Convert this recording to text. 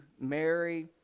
mary